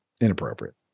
inappropriate